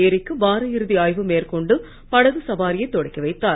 ஏரிக்கு வார இறுதி ஆய்வு மேற்கொண்டு படகு சவாரியை தொடக்கி வைத்தார்